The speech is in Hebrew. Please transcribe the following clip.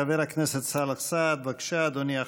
חבר הכנסת סאלח סעד, בבקשה, אדוני.